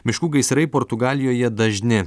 miškų gaisrai portugalijoje dažni